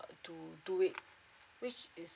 to do it which is